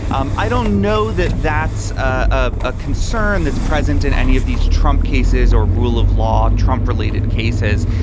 um i don't know that that's ah a ah concern that's present in any of these trump cases or rule of law, trump related cases.